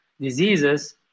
diseases